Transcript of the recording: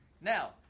Now